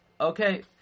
Okay